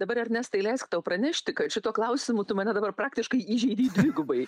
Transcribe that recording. dabar ernestai leisk tau pranešti kad šituo klausimu tu mane dabar praktiškai įžeidei dvigubai